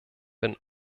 bin